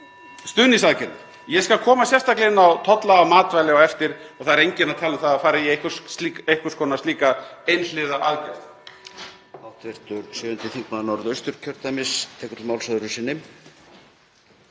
stuðningsaðgerðir. Ég skal koma sérstaklega inn á tolla á matvæli á eftir og það er enginn að tala um að fara í einhvers konar slíka einhliða aðgerð.